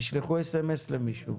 תשלחו אס-אמ-אס למישהו.